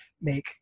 make